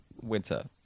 winter